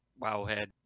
Wowhead